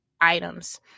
items